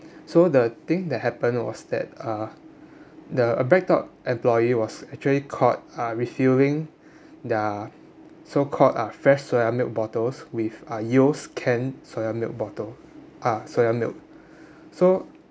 so the thing that happened was that uh the a Breadtalk employee was actually caught uh refilling their so-called uh fresh soya milk bottles with uh Yeo's can soya milk bottle uh soya milk so